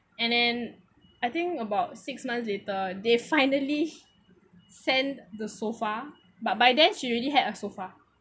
and then I think about six months later they finally send the sofa but by then she already had a sofa